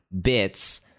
bits